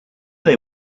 they